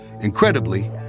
Incredibly